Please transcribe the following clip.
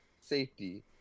safety